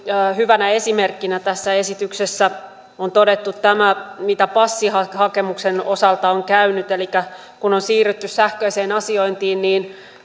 hyvänä esimerkkinä tässä esityksessä on todettu tämä mitä passihakemuksen osalta on käynyt elikkä kun on siirrytty sähköiseen asiointiin niin